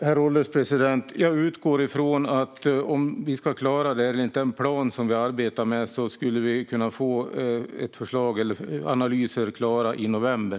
Herr ålderspresident! Jag utgår ifrån att om vi ska klara detta enligt den plan som vi arbetar med skulle vi kunna få analyser klara i november.